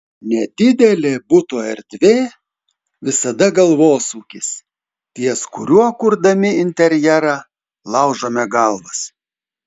nedidelė buto erdvė visada galvosūkis ties kuriuo kurdami interjerą laužome galvas